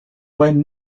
when